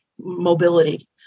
mobility